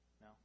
No